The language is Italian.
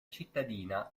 cittadina